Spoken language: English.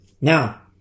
Now